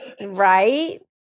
Right